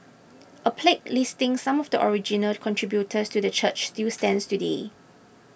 a plaque listing some of the original contributors to the church still stands today